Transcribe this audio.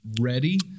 Ready